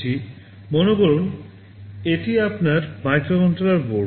মনে করুন এটি আপনার মাইক্রোকন্ট্রোলার বোর্ড